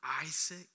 Isaac